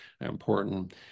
important